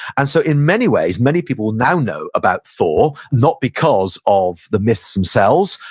and so in many ways, many people will now know about thor not because of the myths themselves,